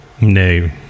No